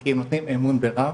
כי הם נותנים אמון ברב,